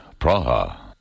Praha